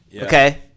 Okay